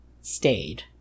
stayed